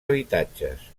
habitatges